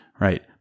right